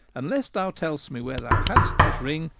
unless thou tell'st me where thou hadst this ring,